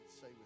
say